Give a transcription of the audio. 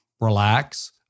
relax